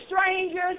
strangers